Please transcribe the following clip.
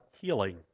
healing